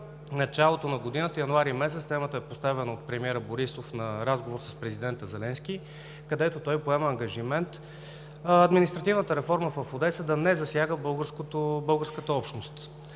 началото на годината, месец януари, темата е поставена от премиера Борисов в разговор с президента Зеленски, където той поема ангажимент административната реформа в Одеса да не засяга българската общност.